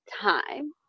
time